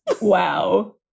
Wow